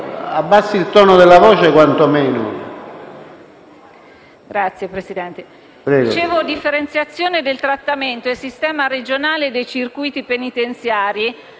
La differenziazione del trattamento e il sistema regionale dei circuiti penitenziari,